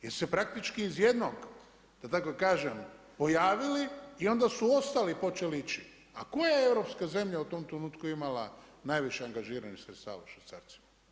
Jer se praktički iz jednog da tako kažem pojavili i onda su ostali počeli ići, a koja je europska zemlja u tom trenutku imala najviše angažiranih sredstava u švicarcima?